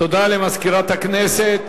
תודה למזכירת הכנסת.